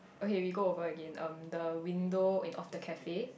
okay we go over again um the window in of the cafe